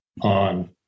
on